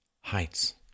heights